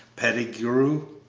pettigrew?